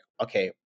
okay